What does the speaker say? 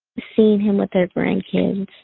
seeing him with our grandkids.